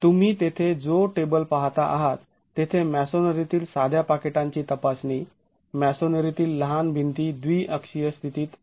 तुम्ही तेथे जो टेबल पाहाता आहात तेथे मॅसोनरीतील साध्या पाकिटांची तपासणी मॅसोनरीतील लहान भिंती द्विअक्षीय स्थितीत आहेत